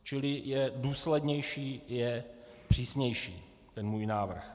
Čili je důslednější, je přísnější ten můj návrh.